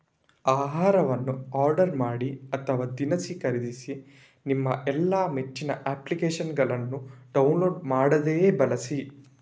ಆಹಾರವನ್ನು ಆರ್ಡರ್ ಮಾಡಿ ಅಥವಾ ದಿನಸಿ ಖರೀದಿಸಿ ನಿಮ್ಮ ಎಲ್ಲಾ ಮೆಚ್ಚಿನ ಅಪ್ಲಿಕೇಶನ್ನುಗಳನ್ನು ಡೌನ್ಲೋಡ್ ಮಾಡದೆಯೇ ಬಳಸಿ